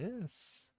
yes